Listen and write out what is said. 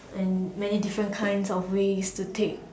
and may different kinds of ways to take